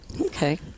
Okay